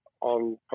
on